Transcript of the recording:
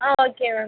ah okay ma'am